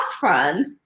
fund